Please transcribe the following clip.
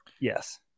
Yes